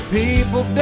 people